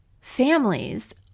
families